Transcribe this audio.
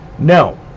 No